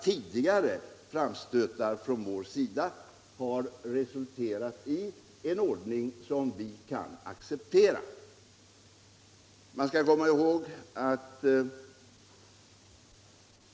Tidigare framstötar från vår sida har alltså resulterat i en ordning som vi kan acceptera.